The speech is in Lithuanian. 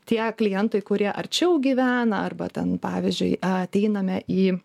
tie klientai kurie arčiau gyvena arba ten pavyzdžiui ateiname į